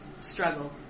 struggle